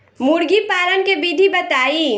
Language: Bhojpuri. मुर्गी पालन के विधि बताई?